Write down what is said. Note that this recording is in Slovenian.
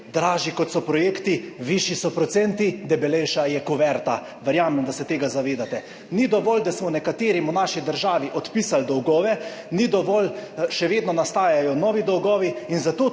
Dražji kot so projekti, višji so procenti, debelejša je kuverta. Verjamem, da se tega zavedate. Ni dovolj, da smo nekaterim v naši državi odpisali dolgove. Ni dovolj. Še vedno nastajajo novi dolgovi in zato taisti